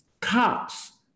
cops